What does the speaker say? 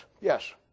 yes